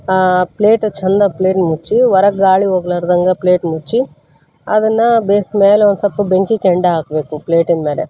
ಪ ಪ್ಲೇಟ್ ಛಂದಾಗ ಪ್ಲೇಟ್ ಮುಚ್ಚಿ ಹೊರಗ್ ಗಾಳಿ ಹೋಗ್ಲಾರ್ದಂಗ ಪ್ಲೇಟ್ ಮುಚ್ಚಿ ಅದನ್ನು ಬೇಯ್ಸಿ ಮೇಲೆ ಒಂದು ಸ್ವಲ್ಪ ಬೆಂಕಿ ಕೆಂಡ ಹಾಕ್ಬೇಕು ಪ್ಲೇಟಿನ ಮೇಲೆ